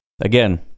Again